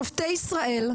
שופטי ישראל,